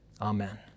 Amen